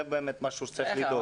זה באמת משהו שצריך לדאוג.